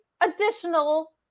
additional